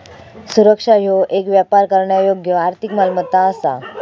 सुरक्षा ह्यो येक व्यापार करण्यायोग्य आर्थिक मालमत्ता असा